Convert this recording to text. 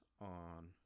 on